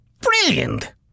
Brilliant